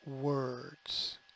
Words